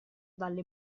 dalle